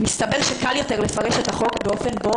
מסתבר שקל יותר לפרש את החוק באופן בו